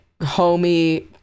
homie